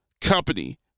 company